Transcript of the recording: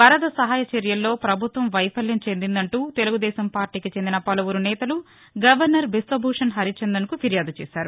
వరద సహాయచర్యల్లో పభుత్వం వైఫల్యం చెందిందంటూ తెలుగు దేశం పార్టీకి చెందిన పలువురు నేతలు గవర్నర్ బిశ్వభూషణ్ హరిచందన్కు ఫిర్యాదు చేశారు